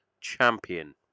champion